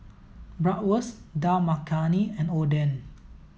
Bratwurst Dal Makhani and Oden